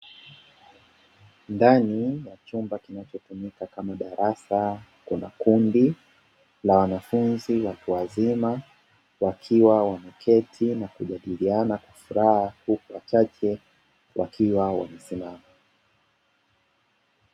Ndani ya chumba kinachotumika kama darasa kuna kundi la wanafunzi la watu wazima wakiwa wameketi wanajadiliana kwa furaha, huku wachache wakiwa wamesimama.